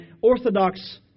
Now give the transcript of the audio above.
orthodox